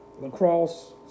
lacrosse